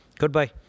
Goodbye